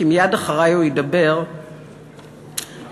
כי הוא ידבר מייד אחרי,